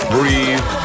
Breathe